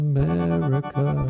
America